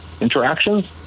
interactions